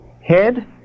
head